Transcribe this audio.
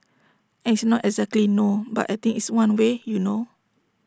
and it's not exactly no but I think it's one way you know